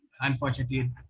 unfortunately